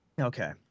Okay